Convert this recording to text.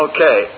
Okay